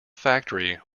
factory